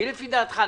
מי לפי דעתך?